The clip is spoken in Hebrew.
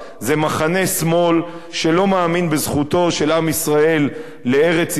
זה מחנה שמאל שלא מאמין בזכותו של עם ישראל על ארץ-ישראל,